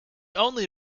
only